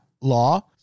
law